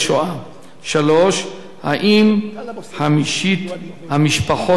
3. האם חמישית המשפחות חופפת